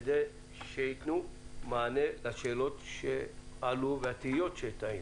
כדי שייתנו מענה לשאלות שעלו, ולתהיות שתהינו.